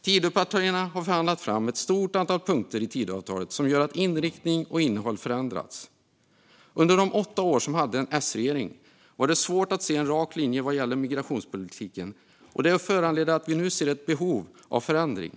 Tidöpartierna har förhandlat fram ett stort antal punkter i Tidöavtalet som gör att inriktning och innehåll i politiken förändrats. Under åtta år med S-regering var det svårt att se en rak linje i migrationspolitiken, och det föranledde ett behov av förändring.